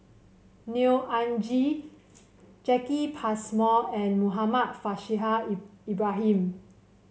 Neo Anngee Jacki Passmore and Muhammad Faishal Ibrahim